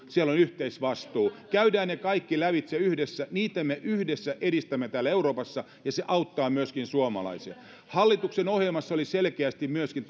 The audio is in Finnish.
siellä on yhteisvastuu käydään ne kaikki lävitse yhdessä niitä me yhdessä edistämme täällä euroopassa ja se auttaa myöskin suomalaisia hallituksen ohjelmassa oli selkeästi myöskin